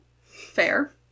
Fair